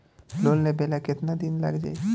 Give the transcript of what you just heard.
Loan लेबे ला कितना दिन लाग जाई?